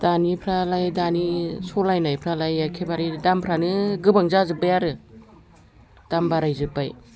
दानिफ्रायलाय दानि सालायनायफ्रालाय एखेबारे दामफ्रानो गोबां जाजोब्बाय आरो दाम बाराय जोब्बाय